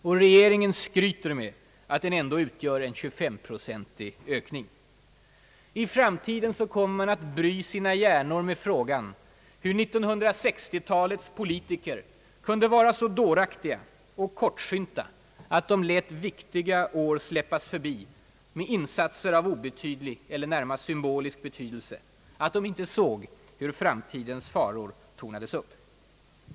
Och regeringen skryter med att den ändå innebär en 25-procentig ökning. I framtiden kommer människorna att bry sina hjärnor med frågan hur 1960-talets politiker kunde vara så dåraktiga och kortsynta att de lät viktiga år släppas förbi med insatser av obetydlig eller närmast symbolisk betydelse, att de inte såg hur framtidens faror tornades upp.